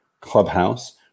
Clubhouse